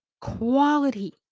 Quality